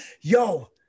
yo